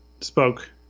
spoke